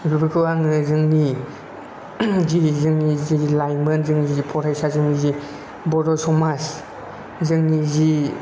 बेफोरखौ आङो जोंनि जे जोंनि लाइमोन जोंनि जि फरायसा बर' समाज जोंनि जि